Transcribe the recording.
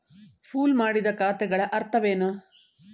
Pool ಮಾಡಿದ ಖಾತೆಗಳ ಅರ್ಥವೇನು?